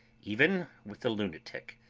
even with the lunatic.